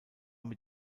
mit